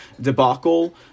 debacle